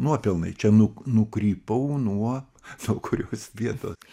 nuopelnai čia nu nukrypau nuo nuo kurios vietos